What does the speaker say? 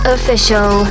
Official